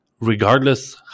regardless